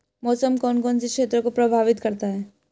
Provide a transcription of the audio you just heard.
मौसम कौन कौन से क्षेत्रों को प्रभावित करता है?